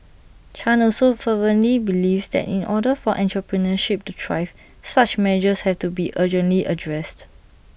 chan also fervently believes that in order for entrepreneurship to thrive such measures have to be urgently addressed